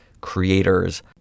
creators